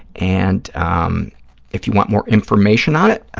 and um if you want more information on it, ah